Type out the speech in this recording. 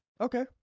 Okay